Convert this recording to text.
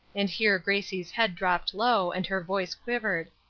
and here gracie's head dropped low, and her voice quivered.